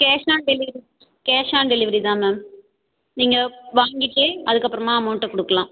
cash on delivery cash on delivery தான் ma'am நீங்கள் வாங்கிட்டு அதற்கப்பறமா அமௌண்ட்டை கொடுக்கலாம்